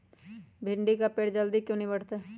भिंडी का पेड़ जल्दी क्यों नहीं बढ़ता हैं?